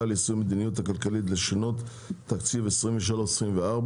ליישום המדיניות הכלכלית לשנות התקציב 2023 ו-2024),